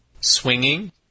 Swinging